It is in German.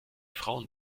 frauen